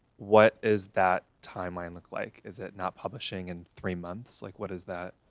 what is that timeline look like? is it not publishing in three months, like what is that?